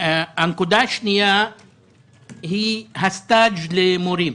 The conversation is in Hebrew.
הנקודה השנייה היא הסטז' למורים.